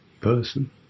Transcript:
person